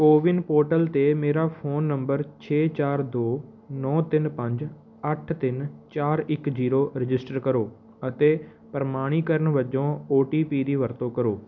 CoWIN portal 'ਤੇ ਮੇਰਾ phone number ਛੇ ਚਾਰ ਦੋ ਨੌ ਤਿੰਨ ਪੰਜ ਅੱਠ ਤਿੰਨ ਚਾਰ ਇੱਕ ਜੀਰੋ ਰਜਿਸਟਰ ਕਰੋ ਅਤੇ ਪ੍ਰਮਾਣੀਕਰਨ ਵਜੋਂ ਓ ਟੀ ਪੀ ਦੀ ਵਰਤੋਂ ਕਰੋ